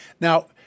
Now